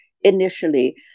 initially